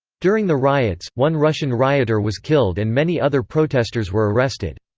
during the riots, one russian rioter was killed and many other protesters were arrested.